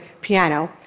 piano